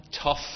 tough